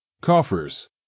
Coffers